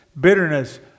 bitterness